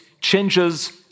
changes